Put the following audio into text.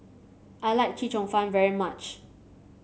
I like Chee Cheong Fun very much